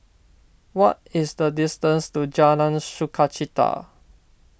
what is the distance to Jalan Sukachita